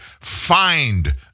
find